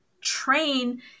train